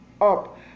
up